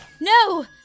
No